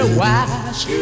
wash